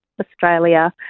Australia